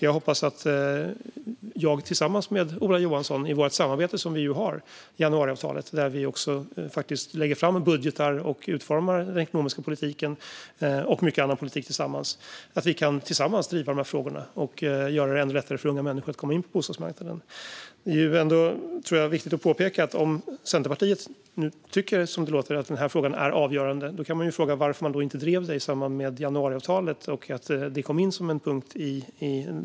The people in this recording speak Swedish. Jag hoppas att jag tillsammans med Ola Johansson i vårt samarbete januariavtalet kan driva dessa frågor och göra det ännu lättare för unga människor att komma in på bostadsmarknaden. Vi lägger ju tillsammans fram budgetar och utformar den ekonomiska politiken och även annan politik. Om Centerpartiet nu tycker att den här frågan är avgörande, vilket det låter som, kan man fråga sig varför ni inte drev den i samband med att januariavtalet skrevs så att det kom in som en punkt.